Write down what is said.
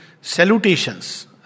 salutations